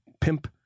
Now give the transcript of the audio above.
pimp